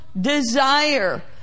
desire